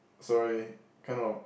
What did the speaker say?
sorry kind of